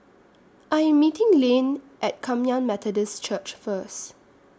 I Am meeting Layne At Kum Yan Methodist Church First